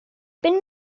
bin